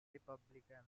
republican